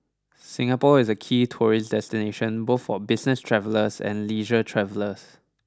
Singapore is a key tourist destination both for business travellers and leisure travellers